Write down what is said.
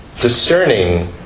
discerning